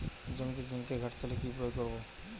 জমিতে জিঙ্কের ঘাটতি হলে কি প্রয়োগ করব?